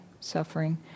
suffering